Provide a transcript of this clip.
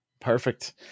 Perfect